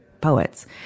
poets